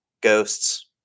Ghosts